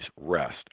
rest